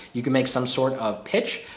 you can make some sort of pitch,